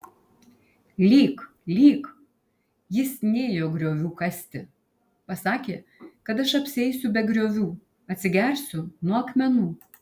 lyk lyk jis nėjo griovių kasti pasakė kad aš apsieisiu be griovių atsigersiu nuo akmenų